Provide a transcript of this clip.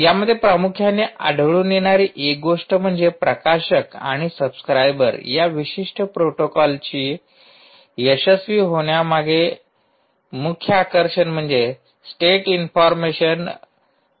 यामध्ये प्रामुख्याने आढळून येणारी एक गोष्ट म्हणजे प्रकाशक आणि सब्सक्राइबर या विशिष्ट प्रोटोकॉलच्या यशस्वी होण्यामागचे मुख्य आकर्षण म्हणजे स्टेट इन्फॉर्मेशन ठेवण्याची गरज नाही